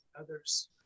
others